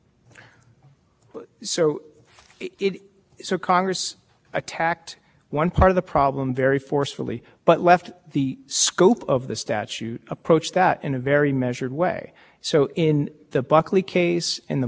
addressing people who own the corporate contractors or have shareholders or substantial owners legislatures have included provisions the green party case for example the blunt case